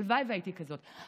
הלוואי שהייתי כזאת,